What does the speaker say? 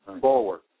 forward